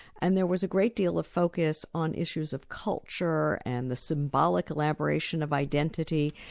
and there was a great deal of focus on issues of culture and the symbolic elaboration of identity.